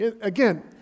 Again